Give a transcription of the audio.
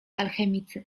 alchemicy